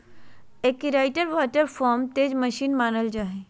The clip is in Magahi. आर्कराइट वाटर फ्रेम तेज मशीन मानल जा हई